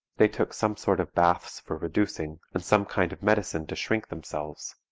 they took some sort of baths for reducing, and some kind of medicine to shrink themselves.